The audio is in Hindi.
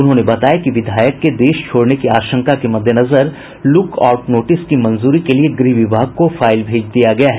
उन्होंने बताया कि विधायक के देश छोड़ने की आशंका के मद्देनजर लुक आउट नोटिस की मंजूरी के लिए गृह विभाग को फाइल भेज दिया गया है